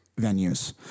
venues